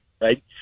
right